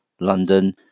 London